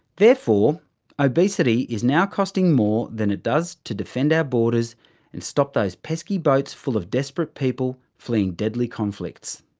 therefore, the obesity is now costing more than it does to defend our borders and stop those pesky boats full of desperate people fleeing deadly conflicts.